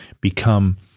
become